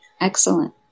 excellent